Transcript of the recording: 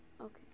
Okay